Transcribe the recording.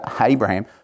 Abraham